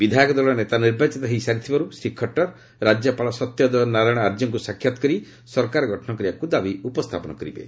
ବିଧାୟକ ଦଳ ନେତା ନିର୍ବାଚିତ ହୋଇସାରିଥିବାରୁ ଶ୍ରୀ ଖଟ୍ଟର୍ ରାଜ୍ୟପାଳ ସତ୍ୟଦେଓ ନାରାୟଣ ଆର୍ଯ୍ୟଙ୍କୁ ସାକ୍ଷାତ୍ କରି ସରକାର ଗଠନ କରିବାକୁ ଦାବି କରିବେ